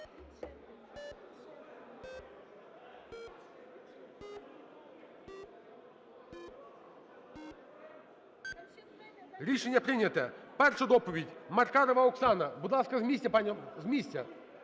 Рішення прийняте. Перша доповідь. Маркарова Оксана. Будь ласка, з місця, пані